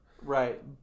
right